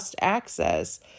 access